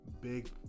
big